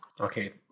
Okay